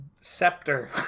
scepter